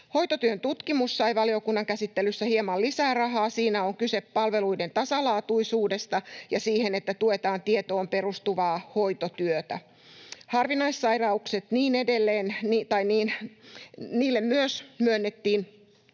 Hoitotyön tutkimus sai valiokunnan käsittelyssä hieman lisää rahaa. Siinä on kyse palveluiden tasalaatuisuudesta ja siitä, että tuetaan tietoon perustuvaa hoitotyötä. Myös harvinaissairauksille myönnettiin